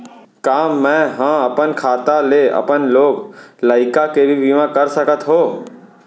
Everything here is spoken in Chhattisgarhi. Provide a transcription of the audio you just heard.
का मैं ह अपन खाता ले अपन लोग लइका के भी बीमा कर सकत हो